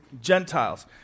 Gentiles